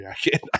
jacket